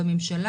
בממשלה